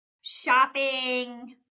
shopping